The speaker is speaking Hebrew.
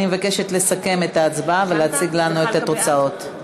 אני מבקשת לסכם את ההצבעה ולהציג לנו את התוצאות.